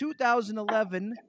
2011